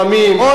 סמים,